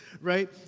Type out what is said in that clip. right